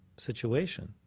situation,